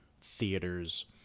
theaters